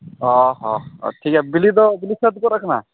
ᱚᱼᱦᱚ ᱴᱷᱤᱠᱜᱮᱭᱟ ᱵᱤᱞᱤᱫᱚ ᱵᱤᱞᱤ ᱥᱟᱹᱛᱜᱚᱫ ᱟᱠᱟᱱᱟ